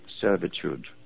servitude